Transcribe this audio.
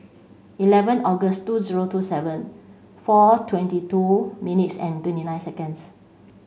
eleven August two zero two seven four twenty two minutes and twenty nine seconds